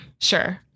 Sure